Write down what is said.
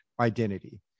identity